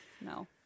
No